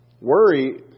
worry